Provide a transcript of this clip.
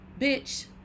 Bitch